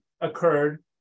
occurred